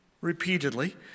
repeatedly